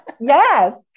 Yes